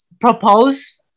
propose